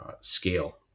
scale